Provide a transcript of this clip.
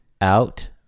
out